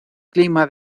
clima